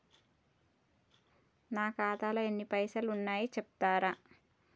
నా ఖాతాలో ఎన్ని పైసలు ఉన్నాయి చెప్తరా?